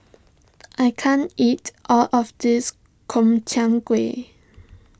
I can't eat all of this Gobchang Gui